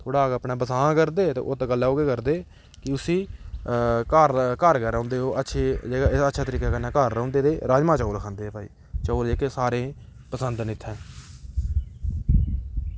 थोह्ड़ा अपने बसांऽ करदे ते उत्त गल्ला ओह् केह् करदे कि उसी घर घर गै रौंह्दे ओह् अच्छे तरीके कन्नै घर रौंह्दे ते राजमा चौल खंदे भाई चौल जेह्के सारें गी पसंद न इत्थें